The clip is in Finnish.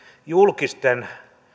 julkisten